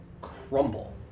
crumble